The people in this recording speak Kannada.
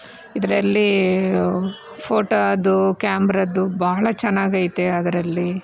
ಇದರಲ್ಲಿ ಫೋಟೋ ಅದು ಕ್ಯಾಮ್ರದ್ದು ಬಹಳ ಚೆನ್ನಾಗೈತೆ ಅದರಲ್ಲಿ